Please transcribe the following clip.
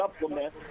supplement